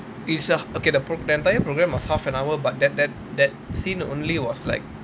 is err okay the entire program was half an hour but that that that scene only was like